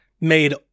made